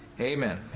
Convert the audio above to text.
Amen